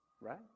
right